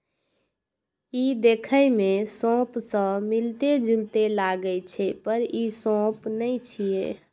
ई देखै मे सौंफ सं मिलैत जुलैत लागै छै, पर ई सौंफ नै छियै